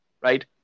Right